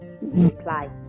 reply